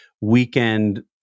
weekend